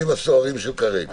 הסוערים כרגע.